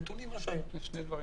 על נתונים שהיו קודם לכן.